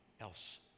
else